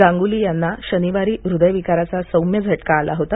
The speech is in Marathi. गांगुली यांना शनिवारी हृदयविकाराचा सौम्य झटका आला होता